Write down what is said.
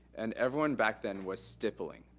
and everyone back then was stippling.